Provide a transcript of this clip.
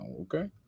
Okay